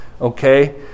okay